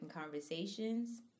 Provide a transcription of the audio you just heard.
Conversations